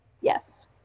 Yes